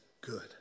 good